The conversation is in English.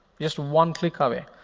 just one click ah away.